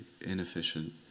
inefficient